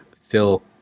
Phil